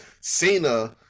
Cena